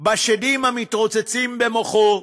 בשדים המתרוצצים במוחו,